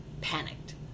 panicked